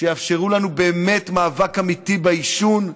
שיאפשרו לנו באמת מאבק אמיתי בעישון,